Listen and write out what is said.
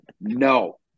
No